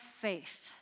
faith